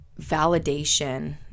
validation